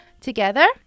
Together